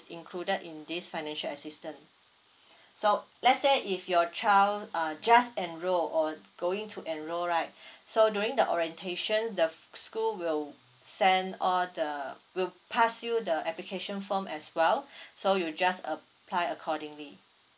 included in this financial assistance so let's say if your child uh just enrolled or going to enroll right so during the orientation the school will send all the will pass you the application form as well so you just apply accordingly